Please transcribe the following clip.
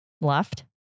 left